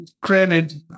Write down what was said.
granted